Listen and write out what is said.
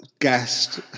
guest